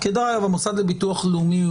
צריך להגן על עצמאותו של המוסד לביטוח לאומי.